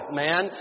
man